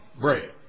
bread